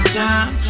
time